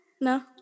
No